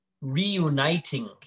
reuniting